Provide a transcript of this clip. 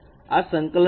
આ સંકલન સ્થાન છે